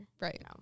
right